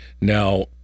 Now